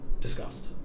discussed